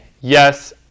yes